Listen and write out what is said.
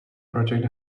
project